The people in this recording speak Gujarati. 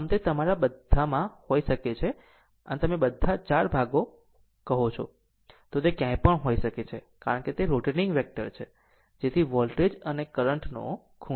આમ તે તમારા બધામાં હોઈ શકે છે જેને તમે બધા ચાર ભાગ કહો છો તે ક્યાંય પણ હોઈ શકે છે કારણ કે તે રોટેટીંગ વેક્ટર છે જેથી વોલ્ટેજ અને કરંટ નો ખૂણો છે